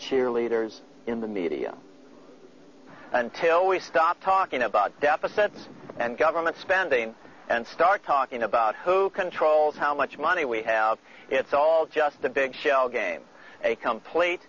cheerleaders in the media until we stop talking about deficits and government spending and start talking about who controls how much money we have it's all just a big shell game a complete